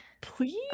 please